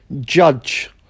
judge